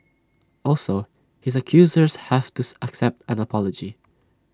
also his accusers have to accept an apology